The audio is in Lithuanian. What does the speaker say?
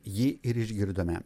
jį ir išgirdome